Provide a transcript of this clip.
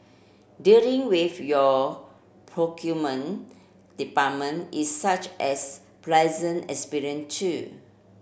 dealing with your procurement department is such as pleasant experience too